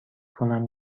کنم